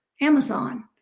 Amazon